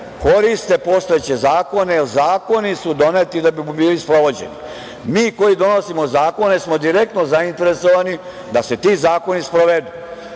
koriste postojeće zakone, jer zakoni su doneti da bi bili sprovođeni. Mi koji donosimo zakone smo direktno zainteresovani da se ti zakoni sprovedu.Za